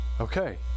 okay